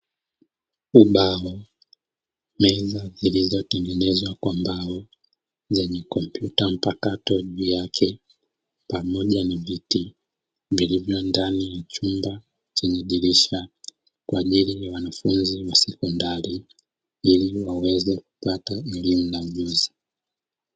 Ubao, meza zilizotengenwa kwa mbao zenye kompyuta mpakato juu yake pamoja na viti vilivyo ndani ya chumba chenye dirisha kwajili ya wanafunzi wa sekondari ili waweze kupata elimu na ujuzi.